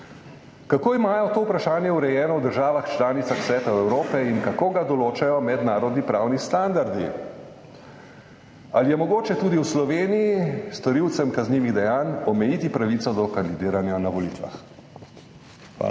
Kako imajo to vprašanje urejeno v državah članicah Sveta Evrope in kako ga določajo mednarodni pravni standardi? Ali je mogoče tudi v Sloveniji storilcem kaznivih dejanj omejiti pravico do kandidiranja na volitvah? Hvala.